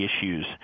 issues